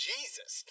Jesus